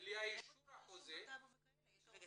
בלי אישור החוזה --- נכון,